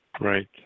Right